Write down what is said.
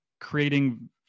creating